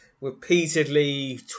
repeatedly